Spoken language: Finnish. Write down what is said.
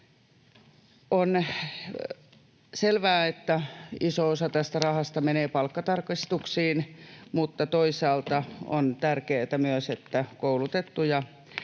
On selvää, että iso osa tästä rahasta menee palkkatarkistuksiin, mutta toisaalta on tärkeätä myös, että koulutettu ja